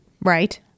Right